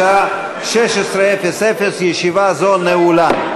בשעה 16:00. ישיבה זו נעולה.